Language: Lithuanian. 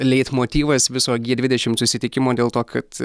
leitmotyvas viso gie dvidešimt susitikimo dėl to kad